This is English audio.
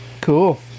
Cool